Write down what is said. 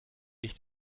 ich